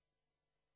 בנושא: